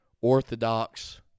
Orthodox